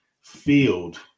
field